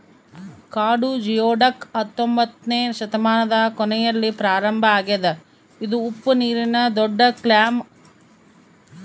ಕಾಡು ಜಿಯೊಡಕ್ ಹತ್ತೊಂಬೊತ್ನೆ ಶತಮಾನದ ಕೊನೆಯಲ್ಲಿ ಪ್ರಾರಂಭ ಆಗ್ಯದ ಇದು ಉಪ್ಪುನೀರಿನ ದೊಡ್ಡಕ್ಲ್ಯಾಮ್